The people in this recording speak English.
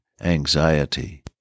anxiety